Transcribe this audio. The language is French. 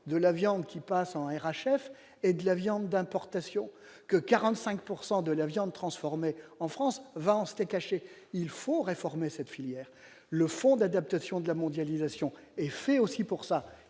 de la viande qui passent en ira chef et de la viande d'importation que 45 pourcent de la viande transformée en France va en steak haché il faut réformer cette filière, le fonds d'adaptation de la mondialisation fait aussi pour ça,